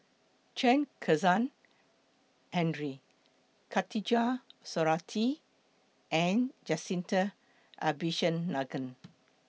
Chen Kezhan Henri Khatijah Surattee and Jacintha Abisheganaden